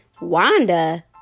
Wanda